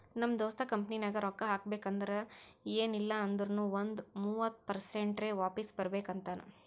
ನಮ್ ದೋಸ್ತ ಕಂಪನಿನಾಗ್ ರೊಕ್ಕಾ ಹಾಕಬೇಕ್ ಅಂದುರ್ ಎನ್ ಇಲ್ಲ ಅಂದೂರ್ನು ಒಂದ್ ಮೂವತ್ತ ಪರ್ಸೆಂಟ್ರೆ ವಾಪಿಸ್ ಬರ್ಬೇಕ ಅಂತಾನ್